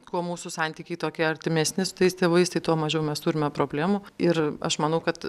kuo mūsų santykiai tokie artimesni su tais tėvais tai tuo mažiau mes turime problemų ir aš manau kad